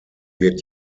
wird